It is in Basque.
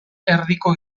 erdiko